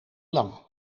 lang